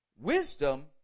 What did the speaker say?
Wisdom